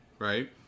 Right